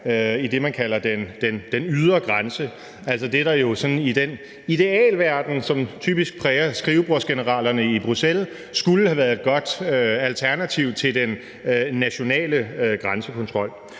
til det, man kalder den ydre grænse, det, der jo sådan i den idealverden, som typisk præger skrivebordsgeneralerne i Bruxelles, skulle have været et godt alternativ til den nationale grænsekontrol.